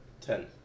Ten